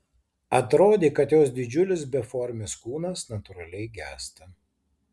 atrodė kad jos didžiulis beformis kūnas natūraliai gęsta